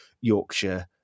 Yorkshire